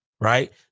right